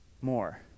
more